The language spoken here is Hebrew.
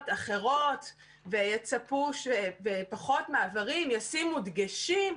אחרות ויצפו שבפחות מעברים ישימו דגשים,